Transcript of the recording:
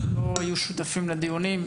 לא יהיו שותפים בדיונים,